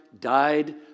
died